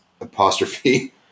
apostrophe